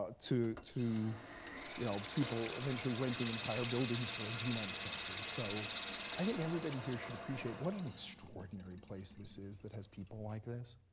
ah to to you know people eventually renting entire buildings for a genome center. so i think everybody here should appreciate what an extraordinary place this is that has people like this.